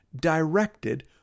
directed